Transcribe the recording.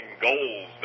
goals